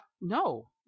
No